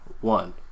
one